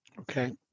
Okay